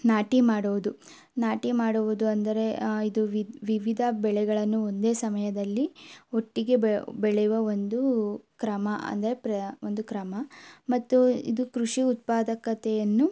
ನಾಟಿ ಮಾಡುವುದು ನಾಟಿ ಮಾಡುವುದು ಅಂದರೆ ಇದು ವಿದ್ ವಿವಿಧ ಬೆಳೆಗಳನ್ನು ಒಂದೇ ಸಮಯದಲ್ಲಿ ಒಟ್ಟಿಗೆ ಬೆಳೆಯುವ ಒಂದು ಕ್ರಮ ಅಂದರೆ ಪ್ರ ಒಂದು ಕ್ರಮ ಮತ್ತು ಇದು ಕೃಷಿ ಉತ್ಪಾದಕತೆಯನ್ನು